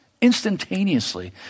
instantaneously